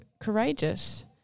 courageous